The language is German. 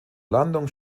landung